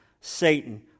Satan